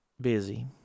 busy